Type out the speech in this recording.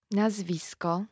nazwisko